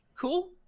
cool